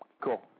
Cool